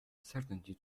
certainty